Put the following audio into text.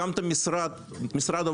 הקמתם את משרד העבודה,